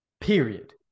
period